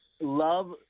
love